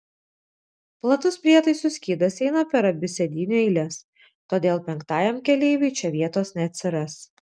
platus prietaisų skydas eina per abi sėdynių eiles todėl penktajam keleiviui čia vietos neatsiras